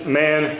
man